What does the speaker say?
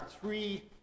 three